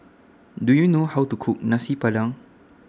Do YOU know How to Cook Nasi Padang